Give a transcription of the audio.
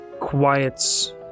quiets